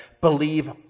believe